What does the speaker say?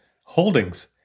holdings